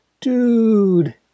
Dude